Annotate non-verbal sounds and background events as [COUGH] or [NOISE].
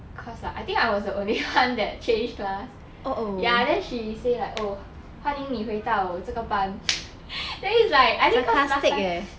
cause like I think I was the [BREATH] only one that changed class then she say like oh 欢迎你回到这个班 [BREATH] then it's like cause last time